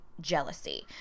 jealousy